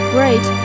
Great